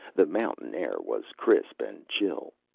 the mountain air was crisp and chill.